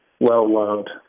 well-loved